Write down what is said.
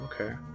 okay